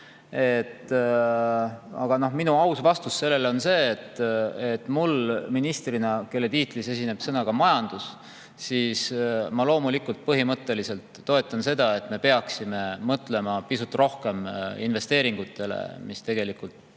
Aga minu aus vastus sellele on see, et mina ministrina, kelle tiitlis esineb sõna "majandus", loomulikult põhimõtteliselt toetan seda, et me peaksime mõtlema pisut rohkem investeeringutele, mis